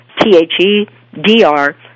T-H-E-D-R